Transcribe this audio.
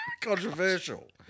Controversial